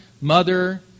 mother